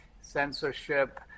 censorship